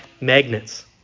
magnets